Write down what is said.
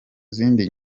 zindi